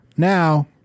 Now